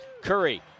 Curry